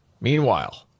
Meanwhile